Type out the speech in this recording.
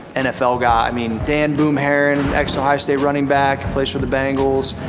nfl guys, i mean, dan boom herron, ex-ohio state running back, plays for the bengals,